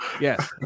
yes